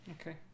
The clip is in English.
Okay